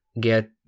get